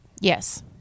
Yes